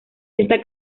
esta